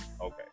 okay